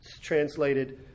translated